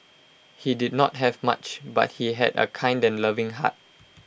he did not have much but he had A kind and loving heart